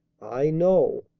i know.